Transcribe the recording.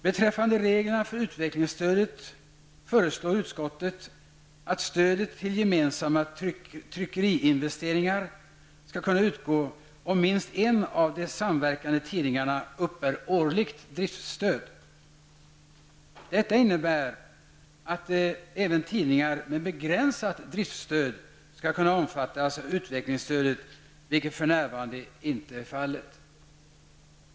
Beträffande reglerna för utvecklingsstödet säger utskottet att stöd till gemensamma tryckeriinvesteringar skall kunna utgå om minst en av de samverkande tidningarna uppbär årligt driftsstöd. Detta innebär att även tidningar med begränsat driftsstöd skall kunna omfattas av utvecklingsstödet. Så är ju för närvarande inte fallet.